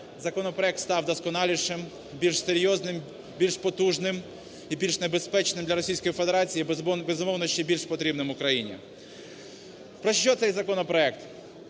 законопроект став досконалішим, більш серйозним, більш потужним і більш небезпечним для Російської Федерації і, безумовно, ще більш потрібним Україні. Про що цей законопроект?